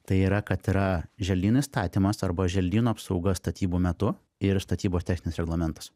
tai yra kad yra želdynų įstatymas arba želdynų apsauga statybų metu ir statybos techninis reglamentas